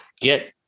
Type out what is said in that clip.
get